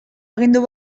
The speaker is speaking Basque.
agindu